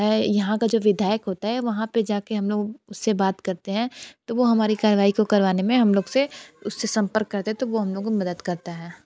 जो है यहाँ का जो विधायक होता है वहाँ पर जा के हम लोग उससे बात करते हैं तो वो हमारी कारवाई को करवाने में हम लोग से उससे संपर्क करते तो वो हम लोगों को मदद करते हैं